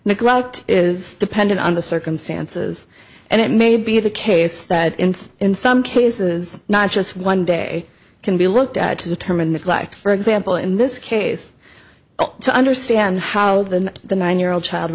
grout is dependent on the circumstances and it may be the case that in some cases not just one day can be looked at to determine if like for example in this case to understand how the the nine year old child